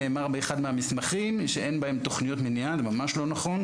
האחד: נאמר באחד מהמסמכים שאין בהם תוכניות מניעה וזה ממש לא נכון.